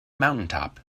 mountaintop